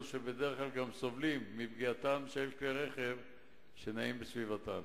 שבדרך כלל סובלים מפגיעתם של כלי רכב שנעים בסביבתם.